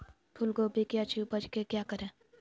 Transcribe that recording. फूलगोभी की अच्छी उपज के क्या करे?